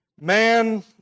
man